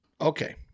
Okay